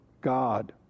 God